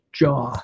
jaw